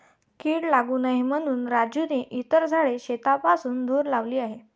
कीड लागू नये म्हणून राजूने इतर झाडे शेतापासून दूर लावली आहेत